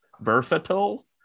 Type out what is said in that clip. versatile